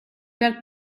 per